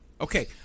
Okay